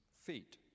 feet